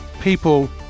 people